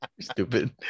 Stupid